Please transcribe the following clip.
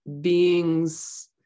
beings